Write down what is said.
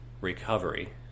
recovery